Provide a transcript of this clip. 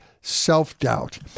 self-doubt